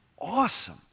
awesome